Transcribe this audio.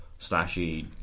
slashy